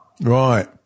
Right